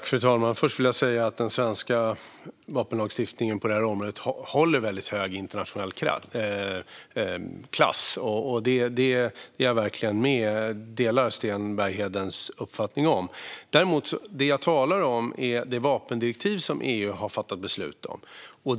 Fru talman! Först vill jag säga att den svenska vapenlagstiftningen på detta område håller en väldigt hög internationell klass. Där delar jag verkligen Sten Berghedens uppfattning. Det jag talar om är det vapendirektiv som EU har fattat beslut om.